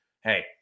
hey